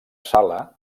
sala